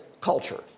culture